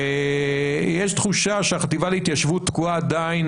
יש תחושה שהחטיבה להתיישבות תקועה עדיין